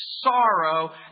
sorrow